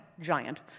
giant